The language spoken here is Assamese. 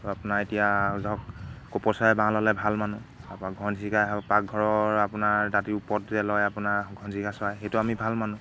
আৰু আপোনাৰ এতিয়া ধৰক কপৌ চৰাই বাঁহ ল'লে ভাল মানোঁ তাৰপৰা ঘনচিৰিকাই হওক পাকঘৰৰ আপোনাৰ দাঁতিৰ ওপৰত যে লয় আপোনাৰ ঘনচিৰিকা চৰাই সেইটো আমি ভাল মানোঁ